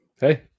Hey